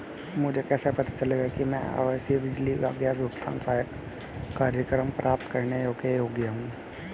मुझे कैसे पता चलेगा कि मैं आवासीय बिजली या गैस भुगतान सहायता कार्यक्रम प्राप्त करने के योग्य हूँ?